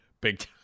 big